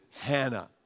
Hannah